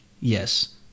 Yes